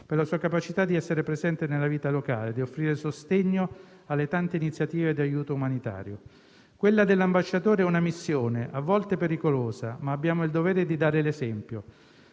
per la sua capacità di essere presente nella vita locale e di offrire sostegno alle tante iniziative di aiuto umanitario. «Quella dell'ambasciatore è una missione, a volte anche pericolosa, ma abbiamo il dovere di dare l'esempio»,